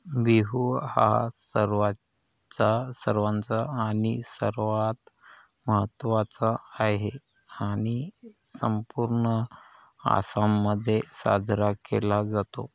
बिहू हा सर्वाचा सर्वांचा आणि सर्वात महत्त्वाचा आहे आणि संपूर्ण आसाममध्ये साजरा केला जातो